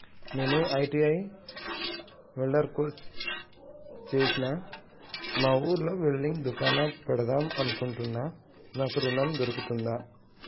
నేను ITI welder course చేశ్న మా ఊర్లో వెల్డింగ్ దుకాన్ పెడదాం అనుకుంటున్నా నాకు ఋణం దొర్కుతదా?